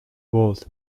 world